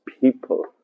people